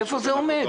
איפה הם עומדים,